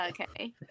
okay